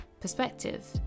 perspective